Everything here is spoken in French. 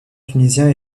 tunisien